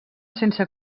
sense